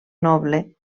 noble